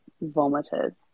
vomited